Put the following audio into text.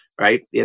right